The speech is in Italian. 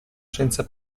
senza